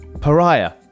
Pariah